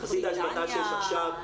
יחסית להשבתה שיש עכשיו,